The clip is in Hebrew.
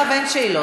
עכשיו אין שאלות.